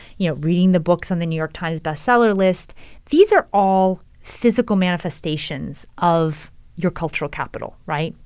you know, reading the books on the new york times best-seller list these are all physical manifestations of your cultural capital, right?